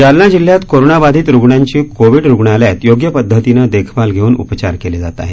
जालना जिल्ह्यात कोरोनाबाधित रुग्णांची कोविड रुग्णालयात योग्य पद्धतीनं देखभाल धेऊन उपचार केले जात आहेत